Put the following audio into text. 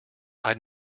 i’d